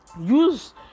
use